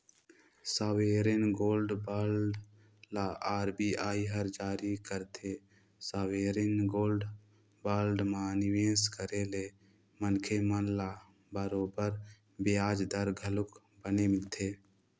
sovereign gold bond ल RBI हर जारी करथे, सॉवरेन गोल्ड बांड म निवेस करे ले मनखे मन ल बरोबर बियाज दर घलोक बने मिलथे